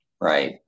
right